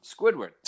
Squidward